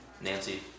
Nancy